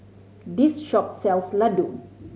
this shop sells Ladoo